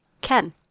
Ken